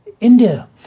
India